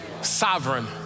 sovereign